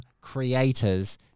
creators